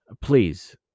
please